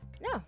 No